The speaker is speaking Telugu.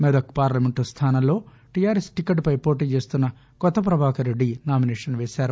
మెదక్ పార్లమెంట్ స్థానంలో టీఆర్ఎస్ టీకెట్పై పోటీచేస్తున్న కొత్త ప్రభాకర్రెడ్ది నామినేషన్ వేసారు